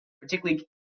particularly